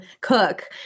cook